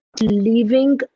leaving